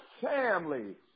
family